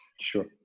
sure